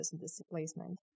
displacement